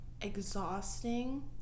exhausting